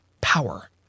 Power